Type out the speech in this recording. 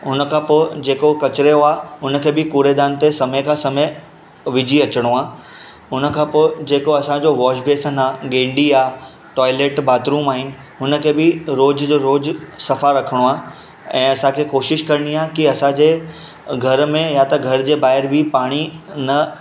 हुन खां पोइ जेको कचिरे जो आहे हुनखे बि कूड़ेदान ते समय खां समय विझी अचिणो आहे हुन खां पोइ जेको असांजो वॉशबेसन आहे गेंढी आहे टॉइलेट बाथरूम आहिनि हुनखे बि रोज़ जो रोज़ सफ़ा रखिणो आहे ऐं असांखे कोशिश करिणी आहे की असांजे घर में या त घर जे बाहिरि बि पाणी न